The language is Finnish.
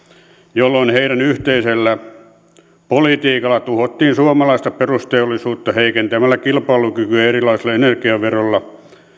jolloin heidän yhteisellä politiikallaan tuhottiin suomalaista perusteollisuutta heikentämällä kilpailukykyä erilaisilla energiaveroilla